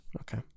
Okay